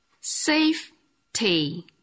Safety